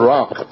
Rock